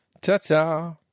Ta-ta